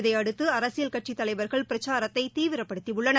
இதையடுத்து அரசியல் கட்சித் தலைவர்கள் பிரச்சாரத்தை தீவிரப்படுத்தியுள்ளனர்